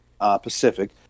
Pacific